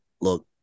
look